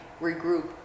regroup